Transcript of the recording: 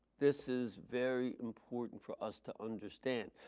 this is very important for us to understand.